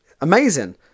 amazing